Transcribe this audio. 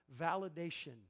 validation